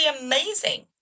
amazing